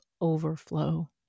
overflow